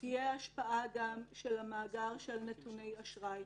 תהיה גם השפעה של המאגר של נתוני אשראי,